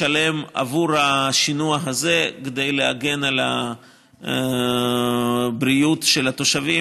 לשלם עבור השינוע הזה כדי להגן על הבריאות של התושבים,